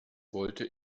wollte